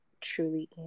truly